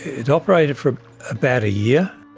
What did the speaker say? it operated for about a year,